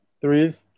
threes